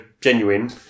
genuine